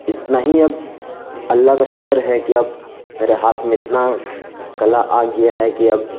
اتنا ہی اب اللہ کا شکر ہے کہ اب میرے ہاتھ میں اتنا کلا آگ یہ ہے کہ اب